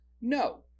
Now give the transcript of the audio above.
no